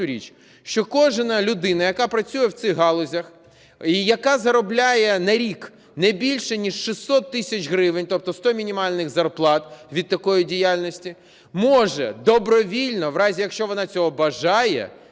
що кожна людина, яка працює в цих галузях і яка заробляє на рік не більше ніж 600 тисяч гривень, тобто 100 мінімальних зарплат від такої діяльності, може добровільно в разі, якщо вона цього бажає,